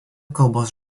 kalbos